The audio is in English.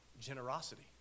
Generosity